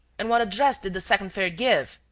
and what address did the second fare give?